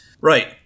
Right